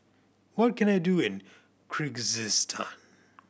what can I do in Kyrgyzstan